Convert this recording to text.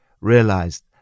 realized